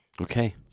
Okay